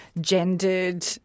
gendered